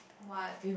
what